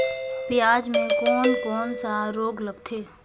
पियाज मे कोन कोन सा रोग लगथे?